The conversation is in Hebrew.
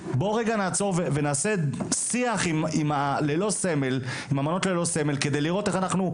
בוא רגע נעצור ונעשה שיח עם המעונות ללא סמל כדי לראות איך אנחנו,